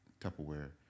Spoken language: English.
Tupperware